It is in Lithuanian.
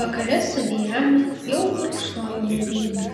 vakare su diana jau gurkšnojome vyną